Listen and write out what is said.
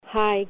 Hi